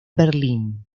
berlín